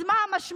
אז מה המשמעות?